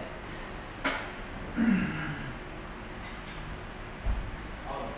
debt